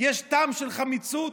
יש טעם של חמיצות